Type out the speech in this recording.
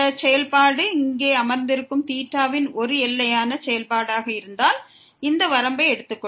இந்த செயல்பாடு இங்கே அமர்ந்திருக்கும் தீட்டாவின் ஒரு எல்லையான செயல்பாடாக இருந்தால் இந்த வரம்பை எடுத்துக்கொள்கிறோம்